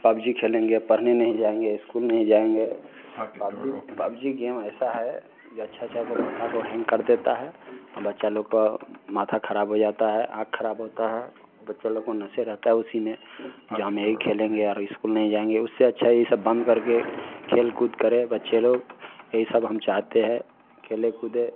PUBG खेलेंगे पढ़ने नहीं जाएंगे स्कूल नहीं जाएंगे पबजी पबजी गेम ऐसा है ये अच्छा अच्छा के माथा को हैंग कर देता है और बच्चा लोग का माथा खराब हो जाता है आँख खराब होता है बच्चा लोग को नशा रहता है उसी में जहाँ हम यही खेलेंगे और स्कूल नहीं जाएंगे उससे अच्छा है ये सब बंद करके खेल कूद करे बच्चे लोग यही सब हम चाहते हैं खेले कूदें